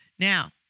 Now